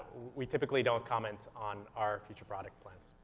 we typically don't comment on our future product plans.